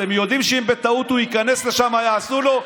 אתם יודעים, אם בטעות הוא ייכנס לשם, מה יעשו לו?